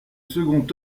second